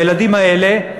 מהילדים האלה,